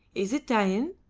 is it dain?